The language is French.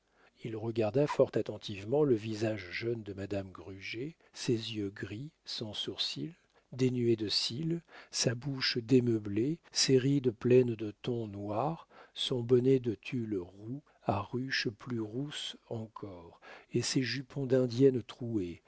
il regarda fort attentivement le visage jaune de madame gruget ses yeux gris sans sourcils dénués de cils sa bouche démeublée ses rides pleines de tons noirs son bonnet de tulle roux à ruches plus rousses encore et ses jupons d'indienne troués